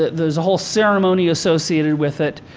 there's a whole ceremony associated with it.